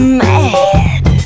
mad